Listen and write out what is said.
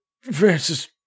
Francis